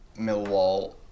Millwall